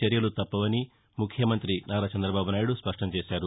చర్యలు తప్పవని ముఖ్యమంతి నారా చందబాబు నాయుడు స్పష్ణం చేశారు